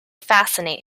fascinate